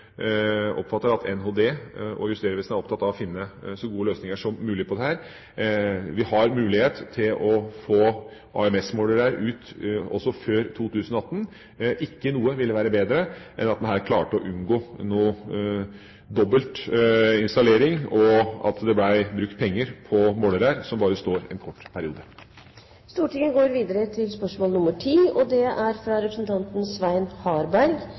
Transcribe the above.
oppfatter at NHD og Justervesenet er opptatt av å finne så gode løsninger som mulig på dette. Vi har mulighet til å få AMS-målere ut før 2018. Ikke noe ville være bedre enn at en her klarte å unngå dobbelt installering, slik at det ikke ble brukt penger på målere som bare står en kort periode. Jeg vil stille et spørsmål til forsknings- og